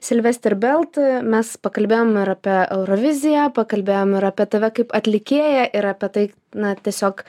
silvestr belt mes pakalbėjom ir apie euroviziją pakalbėjom ir apie tave kaip atlikėją ir apie tai na tiesiog